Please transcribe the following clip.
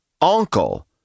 uncle